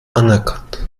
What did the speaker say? anerkannt